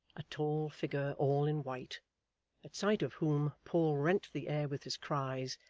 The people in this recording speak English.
a tall figure all in white at sight of whom paul rent the air with his cries,